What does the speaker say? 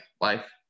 life